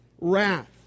wrath